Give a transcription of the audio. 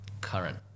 current